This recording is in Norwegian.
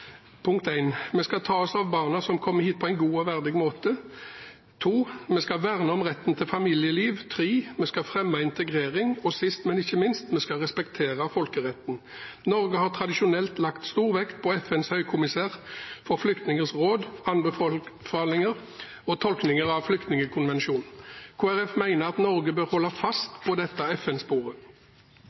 punkt én: Vi skal ta oss av barna som kommer hit, på en god og verdig måte. Punkt to: Vi skal verne om retten til familieliv. Punkt tre: Vi skal fremme integrering. Og sist, men ikke minst: Vi skal respektere folkeretten. Norge har tradisjonelt lagt stor vekt på FNs høykommissær for flyktningers råd, anbefalinger og tolkninger av Flyktningkonvensjonen. Kristelig Folkeparti mener at Norge bør holde fast på dette